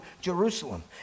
Jerusalem